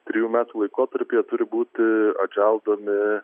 trijų metų laikotarpy jie turi būti atželdomi